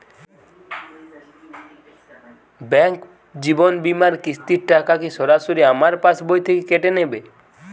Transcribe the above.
Bank জীবন বিমার কিস্তির টাকা কি সরাসরি আমার পাশ বই থেকে কেটে নিবে?